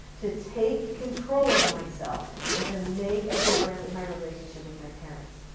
to take control of myself and to make a difference in my relationship with my parents.